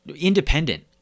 independent